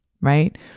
right